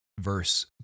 verse